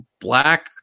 black